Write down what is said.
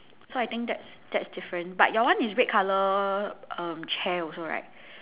so I think that's that's different but your one is red color um chair also right